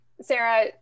Sarah